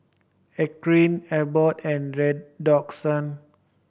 Eucerin Abbott and Redoxon